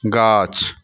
गाछ